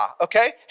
okay